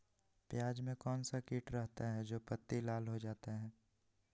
प्याज में कौन सा किट रहता है? जो पत्ती लाल हो जाता हैं